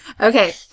Okay